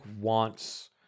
wants